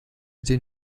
den